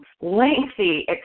lengthy